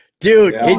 Dude